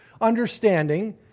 understanding